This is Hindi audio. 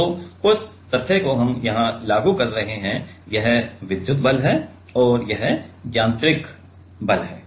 तो उस तथ्य को हम यहां लागू कर रहे हैं यह विद्युत बल है और यह यांत्रिक बल है